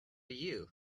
you